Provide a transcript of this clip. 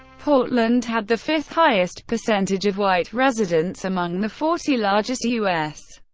portland had the fifth-highest percentage of white residents among the forty largest u s.